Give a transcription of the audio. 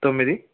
తొమ్మిది